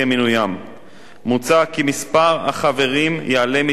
מוצע כי מספר החברים יועלה מתשעה ל-15,